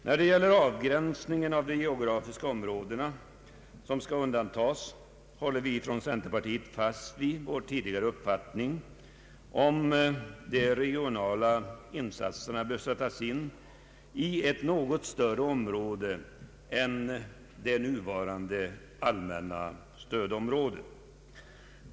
När det gäller avgränsningen av det geografiska område som skall undantas håller vi i centerpartiet fast vid vår tidigare uppfattning att de regionala insatserna bör sättas in i ett något större område än det nuvarande stödområdet.